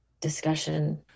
discussion